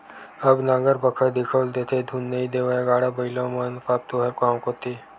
अब नांगर बखर दिखउल देथे धुन नइ देवय गाड़ा बइला मन सब तुँहर गाँव कोती